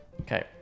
Okay